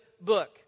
book